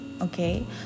okay